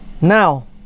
now